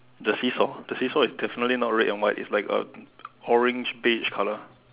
the seesaw the seesaw is definitely not red and white it's like a orange beige colour